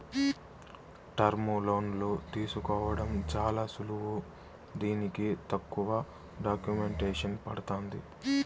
టర్ములోన్లు తీసుకోవడం చాలా సులువు దీనికి తక్కువ డాక్యుమెంటేసన్ పడతాంది